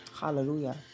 Hallelujah